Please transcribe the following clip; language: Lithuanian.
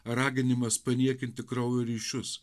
ar raginimas paniekinti kraujo ryšius